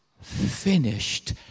finished